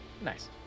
Nice